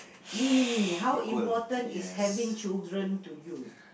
mini-me how important is having children to you